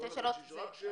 שתי שאלות קצרות.